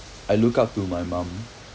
I look up to my mum